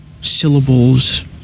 syllables